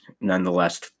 nonetheless